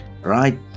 right